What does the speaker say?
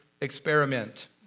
experiment